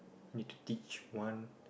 need to teach one